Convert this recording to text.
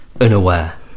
unaware